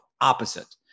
opposite